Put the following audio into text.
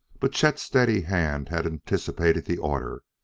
but chet's steady hand had anticipated the order.